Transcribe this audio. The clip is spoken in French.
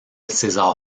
césar